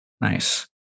nice